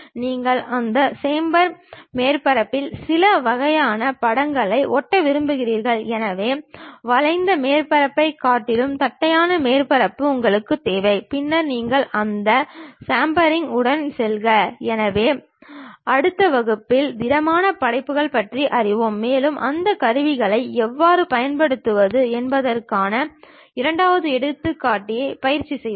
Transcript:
நீங்கள் அந்த சேம்பர் மேற்பரப்பில் சில வகையான படங்களை ஒட்ட விரும்புகிறீர்கள் எனவே வளைந்த மேற்பரப்பைக் காட்டிலும் தட்டையான மேற்பரப்பு உங்களுக்குத் தேவை பின்னர் நீங்கள் அந்த சாம்ஃபெரிங் உடன் செல்க எனவே அடுத்த வகுப்பில் திடமான படைப்புகளைப் பற்றி அறிந்துகொள்வோம் மேலும் அந்த கருவியை எவ்வாறு பயன்படுத்துவது என்பதற்கான இரண்டு எடுத்துக்காட்டுகளைப் பயிற்சி செய்வோம்